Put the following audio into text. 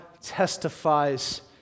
testifies